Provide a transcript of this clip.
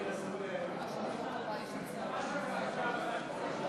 ההצעה להסיר מסדר-היום את הצעת חוק